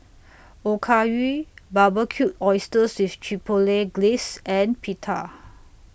Okayu Barbecued Oysters with Chipotle Glaze and Pita